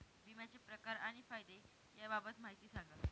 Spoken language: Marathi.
विम्याचे प्रकार आणि फायदे याबाबत माहिती सांगा